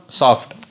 soft